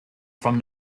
from